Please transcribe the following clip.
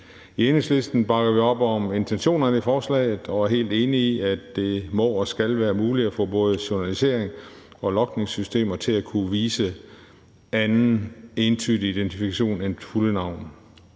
I Enhedslisten bakker vi op om intentionerne i forslaget og er helt enige i, at det må og skal være muligt at få både journaliserings- og logningssystemer til at kunne vise anden entydig identifikation end det fulde navn.